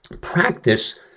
practice